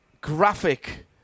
graphic